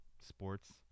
sports